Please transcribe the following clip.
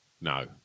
No